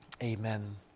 Amen